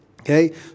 Okay